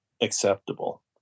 acceptable